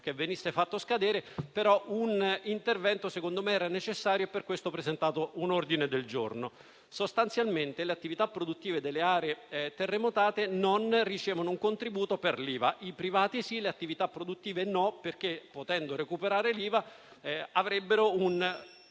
che venisse fatto scadere, però un intervento, secondo me, era necessario e per questo ho presentato un ordine del giorno. Sostanzialmente le attività produttive delle aree terremotate non ricevono un contributo per l'IVA: i privati sì, le attività produttive no perché, potendo recuperare l'IVA avrebbero un vantaggio